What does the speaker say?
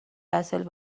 وسایل